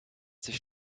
sich